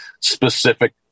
specific